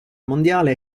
mondiale